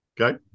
okay